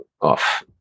off